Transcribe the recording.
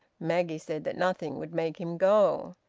maggie said that nothing would make him go,